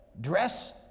dress